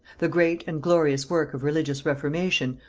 the great and glorious work of religious reformation,